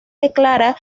declara